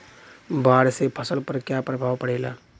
बाढ़ से फसल पर क्या प्रभाव पड़ेला?